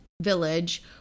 village